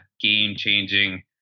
game-changing